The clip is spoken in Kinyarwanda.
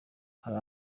hari